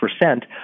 percent